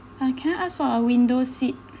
uh can I ask for a window seat